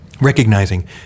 recognizing